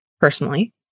personally